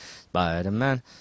Spider-Man